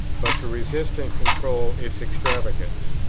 but to resist and control its extravagance.